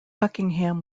buckingham